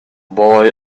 boy